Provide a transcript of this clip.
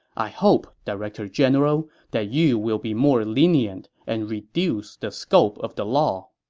i hope, director general, that you will be more lenient and reduce the scope of the law.